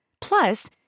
Plus